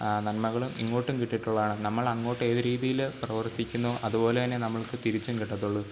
നന്മകളും ഇങ്ങോട്ടും കിട്ടിയിട്ടുള്ളതാണ് നമ്മളെങ്ങോട്ട് ഏതു രീതിയിൽ പ്രവർത്തിക്കുന്നോ അതുപോലെതന്നെ നമ്മൾക്ക് തിരിച്ചും കിട്ടത്തുള്ളൂ